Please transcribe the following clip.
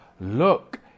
Look